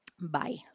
Bye